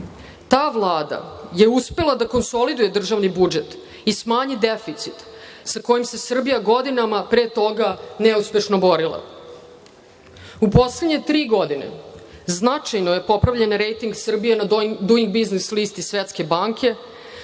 Ta Vlada je uspela da konsoliduje državni budžet i smanji deficit sa kojim se Srbija godinama pre toga neuspešno borila. U poslednje tri godine značajno je popravljen rejting Srbije na „duing biznis“ listi Svetske banke